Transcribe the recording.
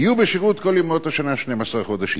יהיו בשירות כל ימות השנה, 12 חודשים.